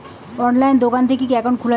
অনলাইনে দোকান থাকি কি একাউন্ট খুলা যায়?